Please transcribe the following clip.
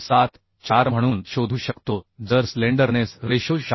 74 म्हणून शोधू शकतो जर स्लेंडरनेस रेशो 96